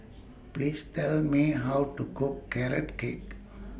Please Tell Me How to Cook Carrot Cake